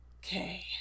Okay